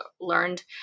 learned